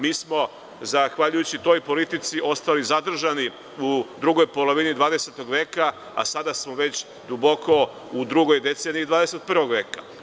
Mi smo, zahvaljujući toj politici, ostali zadržani u drugoj polovini 20. veka, a sada smo već duboko u drugoj deceniji 21. veka.